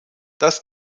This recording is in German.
das